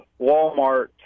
Walmart